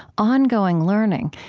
ongoing learning,